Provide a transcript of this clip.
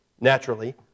naturally